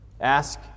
Ask